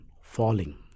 falling